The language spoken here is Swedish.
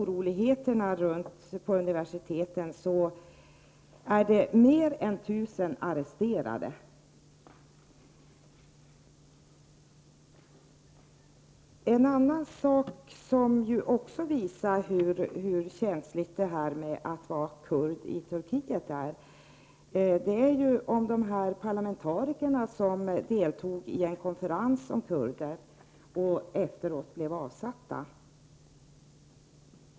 Mer än ett tusen studenter på universiteten har arresterats. Så till en annan sak som också visar hur känsligt det kan vara för kurderna i Turkiet. Jag tänker då på de parlamentariker som deltog i en konferens om kurder och som sedan blev avsatta.